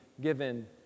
given